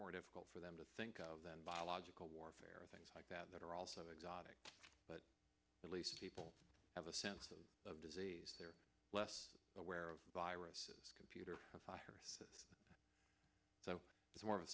more difficult for them to think of than biological warfare and things like that that are also exotic but at least people have a sense of disease they're less aware of viruses computer viruses so it's more of